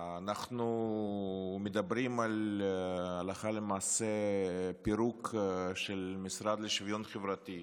אנחנו מדברים הלכה למעשה על פירוק המשרד לשוויון חברתי,